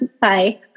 Bye